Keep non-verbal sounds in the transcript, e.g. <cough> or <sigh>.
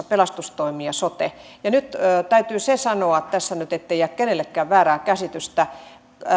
<unintelligible> pelastustoimi ja sote samassa liikelaitoksessa täytyy sanoa tässä nyt ettei jää kenellekään väärää käsitystä